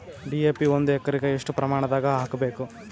DAP ಒಂದು ಎಕರಿಗ ಎಷ್ಟ ಪ್ರಮಾಣದಾಗ ಹಾಕಬೇಕು?